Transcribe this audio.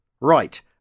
Right